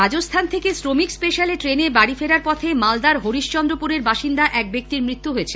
রাজস্থান খেকে শ্রমিক স্পেশাল ট্রেনে বাডি ফেরার পথে মালদার হরিশ্চন্দ্রপুরের বাসিন্দা এক ব্যক্তির মৃত্যু হয়েছে